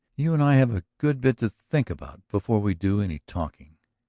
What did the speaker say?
you and i have a good bit to think about before we do any talking.